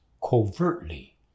covertly